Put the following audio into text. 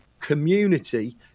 community